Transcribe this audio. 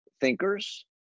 thinkers